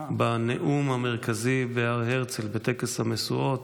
בנאום המרכזי בהר הרצל, בטקס המשואות,